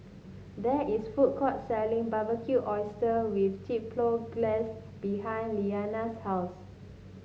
there is a food court selling Barbecued Oysters with Chipotle Glaze behind Lilianna's house